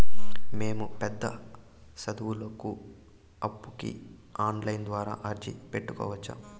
మేము పెద్ద సదువులకు అప్పుకి ఆన్లైన్ ద్వారా అర్జీ పెట్టుకోవచ్చా?